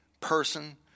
person